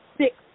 six